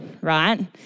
right